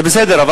זה בסדר,